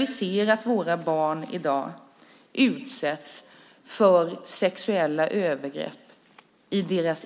I dag utsätts våra barn för sexuella övergrepp i sina